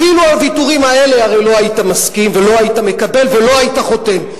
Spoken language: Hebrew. אפילו על ויתורים אלה הרי לא היית מסכים ולא היית מקבל ולא היית חותם,